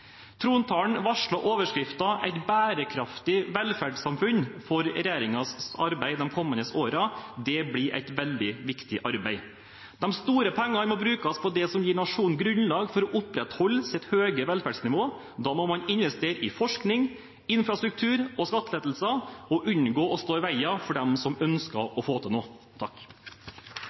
Trontalen varslet overskriften «Et bærekraftig velferdssamfunn» for regjeringens arbeid de kommende årene. Det blir et veldig viktig arbeid. De store pengene må brukes på det som gir nasjonen grunnlag for å opprettholde sitt høye velferdsnivå. Da må man investere i forskning, infrastruktur og skattelettelser, og unngå å stå i veien for dem som ønsker å få til noe.